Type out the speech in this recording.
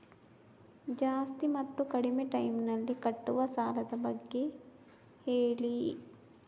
ಜಾಸ್ತಿ ಮತ್ತು ಕಡಿಮೆ ಟೈಮ್ ನಲ್ಲಿ ಕಟ್ಟುವ ಸಾಲದ ಬಗ್ಗೆ ಹೇಳಿ